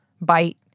bite